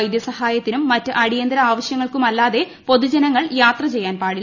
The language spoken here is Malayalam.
വൈദ്യസഹായത്തിനും മറ്റ് അടിയന്തര ആവശ്യങ്ങൾക്കല്ലാതെ പൊതുജനങ്ങൾ യാത്ര ചെയ്യാൻ പാട്ടില്ല